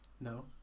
no